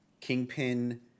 kingpin